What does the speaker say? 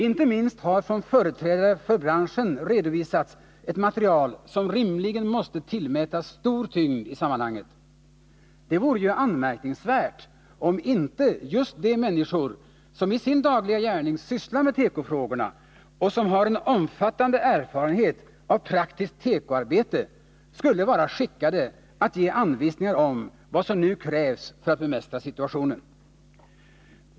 Inte minst har från företrädare för branschen redovisats ett material som rimligen måste tillskrivas stor tyngd i sammanhanget. Det vore ju anmärkningsvärt om inte just de människor som i sin dagliga gärning sysslar med tekofrågorna och som har en omfattande erfarenhet av praktiskt tekoarbete skulle vara skickade att ge anvisningar om vad som nu krävs för att bemästra situationen.